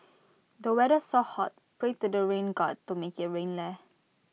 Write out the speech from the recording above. the weather's so hot pray to the rain God to make IT rain leh